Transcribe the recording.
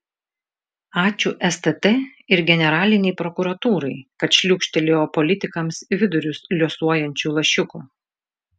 ačiū stt ir generalinei prokuratūrai kad šliūkštelėjo politikams vidurius liuosuojančių lašiukų